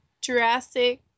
Jurassic